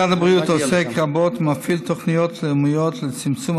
משרד הבריאות עוסק רבות ומפעיל תוכניות לאומיות לצמצום